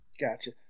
gotcha